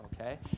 okay